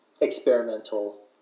experimental